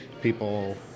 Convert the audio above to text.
people